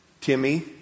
Timmy